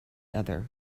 other